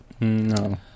No